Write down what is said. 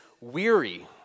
weary